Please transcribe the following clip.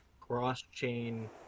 cross-chain